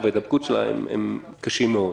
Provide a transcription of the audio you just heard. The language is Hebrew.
ההידבקות בחצבת והנזקים שלה הם קשים מאוד,